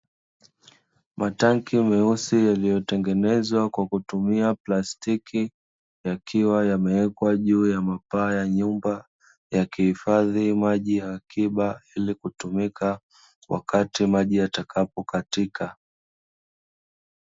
Matenki meusi yaliyotengenezwa kwa kutumia plastiki, yakiwa yamewekwa juu ya mapaa ya nyumba, yakihifadhi maji ya akiba, ili kutumika wakati maji yatakapo katika.